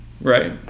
right